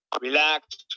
relax